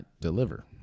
deliver